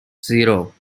zero